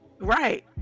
Right